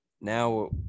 now